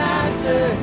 Master